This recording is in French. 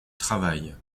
travail